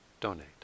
donate